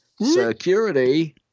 Security